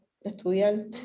estudiar